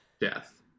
death